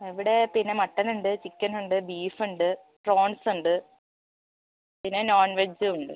ഇവിടെ പിന്നെ മട്ടൻ ഉണ്ട് ചിക്കൻ ഉണ്ട് ബീഫ് ഉണ്ട് പ്രോൺസ് ഉണ്ട് പിന്നെ നോൺവെജും ഉണ്ട്